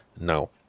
now